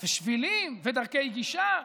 שבילים ודרכי גישה.